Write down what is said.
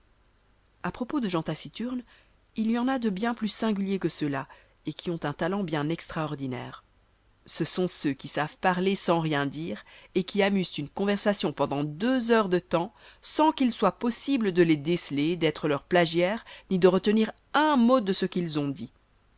à propos de gens taciturnes il y en a de bien plus singuliers que ceux-là et qui ont un talent bien extraordinaire ce sont ceux qui savent parler sans rien dire et qui amusent une conversation pendant deux heures de temps sans qu'il soit possible de les déceler d'être leur plagiaire ni de retenir un mot de ce qu'ils ont dit